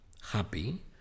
happy